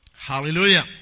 Hallelujah